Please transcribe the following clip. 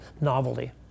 novelty